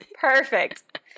Perfect